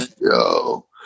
yo